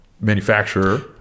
Manufacturer